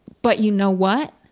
but you know what,